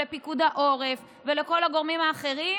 לפיקוד העורף ולכל הגורמים האחרים